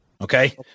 Okay